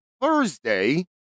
Thursday